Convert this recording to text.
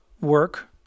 work